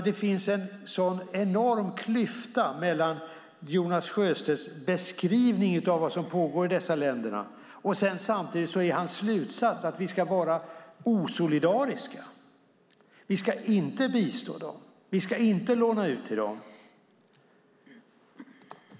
Det är en sådan enorm klyfta mellan Jonas Sjöstedts beskrivning av vad som pågår i dessa länder och hans slutsats att vi ska vara osolidariska. Vi ska inte bistå dem, och vi ska inte låna ut till dem.